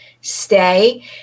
stay